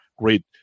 great